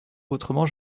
autrement